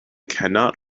cannot